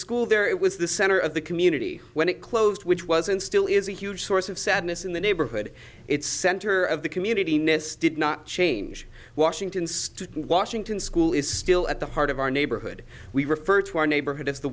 school there it was the center of the community when it closed which was and still is a huge source of sadness in the neighborhood its center of the community ness did not change washington state washington school is still at the heart of our neighborhood we refer to our neighborhood as the